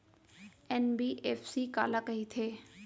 NBFC काला कहिथे?